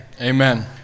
Amen